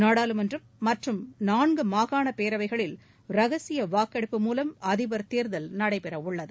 நாடாளுமன்றம் மற்றும் நான்கு மாகாண பேரவைகளில் ரகசிய வாக்கெடுப்பு மூலம் அதிபா தேர்தல் நடைபெறவுள்ளது